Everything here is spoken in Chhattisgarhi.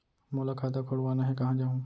मोला खाता खोलवाना हे, कहाँ जाहूँ?